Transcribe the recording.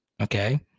Okay